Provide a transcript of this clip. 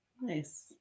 nice